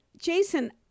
Jason